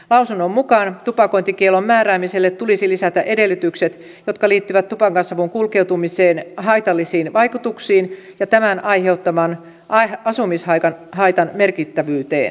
lausunnon mukaan tupakointikiellon määräämiselle tulisi lisätä edellytykset jotka liittyvät tupakansavun kulkeutumisen haitallisiin vaikutuksiin ja tämän aiheuttaman asumishaitan merkittävyyteen